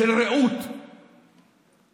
של רעות,